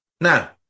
Now